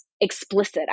explicit